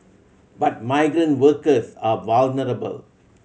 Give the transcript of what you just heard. but migrant workers are vulnerable